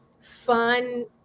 fun